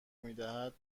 میدهد